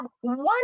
one